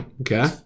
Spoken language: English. Okay